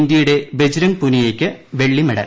ഇന്ത്യയുടെ ബജ്രംഗ് പുനിയയ്ക്ക് വെള്ളി മെഡൽ